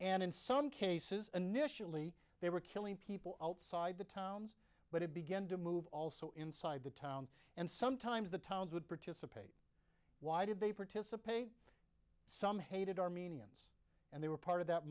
and in some cases initially they were killing people outside the towns but it began to move also inside the town and sometimes the towns would protest why did they participate in some hated armenians and they were part of that